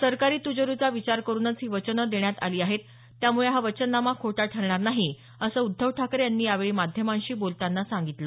सरकारी तिजोरीचा विचार करूनच ही वचनं देण्यात आली आहेत त्यामुळे हा वचननामा खोटा ठरणार नाही असं उद्धव ठाकरे यांनी यावेळी माध्यमांशी बोलतांना सांगितलं